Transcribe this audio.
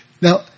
Now